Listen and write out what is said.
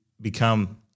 become